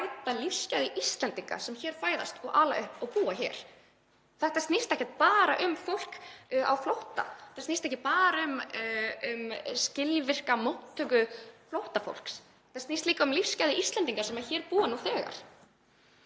flótta, snýst ekki bara um skilvirka móttöku flóttafólks. Þetta snýst líka um lífsgæði Íslendinga sem hér búa nú þegar.